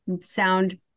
sound